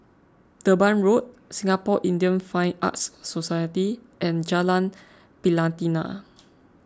Durban Road Singapore Indian Fine Arts Society and Jalan Pelatina